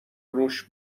رووش